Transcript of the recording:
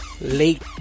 Late